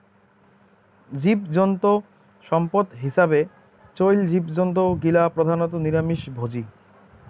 জীবজন্তু সম্পদ হিছাবে চইল জীবজন্তু গিলা প্রধানত নিরামিষভোজী